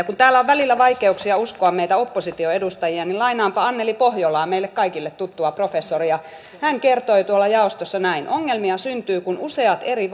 kun täällä on välillä vaikeuksia uskoa meitä opposition edustajia niin lainaanpa anneli pohjolaa meille kaikille tuttua professoria hän kertoi tuolla jaostossa näin ongelmia syntyy kun useat eri